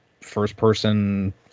first-person